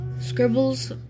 scribbles